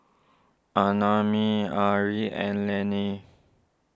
Annamae Arlie and Llene